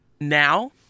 now